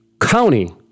County